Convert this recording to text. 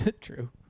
True